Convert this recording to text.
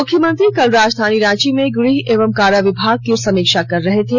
मुख्यमंत्री कल राजधानी रांची में गृह एवं कारा विभाग की समीक्षा कर रहे थे